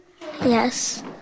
Yes